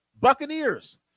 Buccaneers